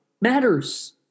matters